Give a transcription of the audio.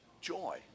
Joy